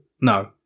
No